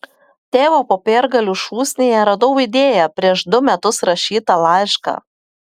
tėvo popiergalių šūsnyje radau idėją prieš du metus rašytą laišką